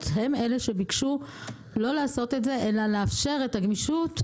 הם שביקשו לא לעשות את זה אלא לאפשר את הגמישות.